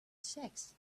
sex